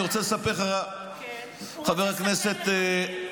אני רוצה לספר לך, חבר הכנסת מאיר,